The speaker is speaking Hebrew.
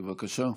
בבקשה.